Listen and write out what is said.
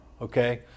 okay